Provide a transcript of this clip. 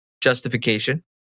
justification